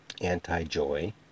anti-joy